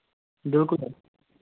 بِلکُل حظ